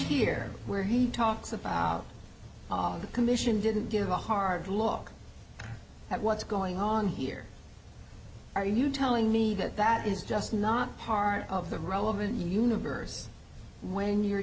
here where he talks about the commission didn't give a hard look at what's going on here are you telling me that that is just not part of the relevant universe when you're